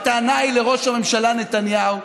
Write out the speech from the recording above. הטענה היא לראש הממשלה נתניהו,